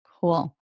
Cool